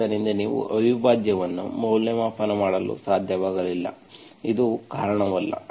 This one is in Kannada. ಆದ್ದರಿಂದ ನೀವು ಅವಿಭಾಜ್ಯವನ್ನು ಮೌಲ್ಯಮಾಪನ ಮಾಡಲು ಸಾಧ್ಯವಾಗಲಿಲ್ಲ ಇದು ಕಾರಣವಲ್ಲ